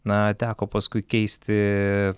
na teko paskui keisti